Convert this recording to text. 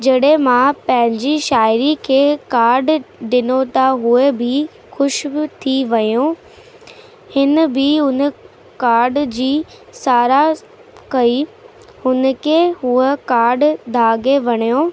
जॾहिं मां पंहिंजी शायरी खे कार्ड ॾिनो त उहे बि ख़ुशि ब थी वियो हिन बि हुन कार्ड जी साराह कई हुन खे हू कार्ड दागे वणियो